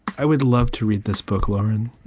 i would love to read this book lauren,